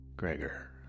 Gregor